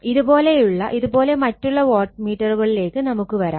ഇത് പോലെ മറ്റുള്ള വാട്ട് മീറ്ററുകളിലേക്ക് നമുക്ക് വരാം